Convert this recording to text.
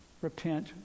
repent